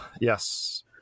Yes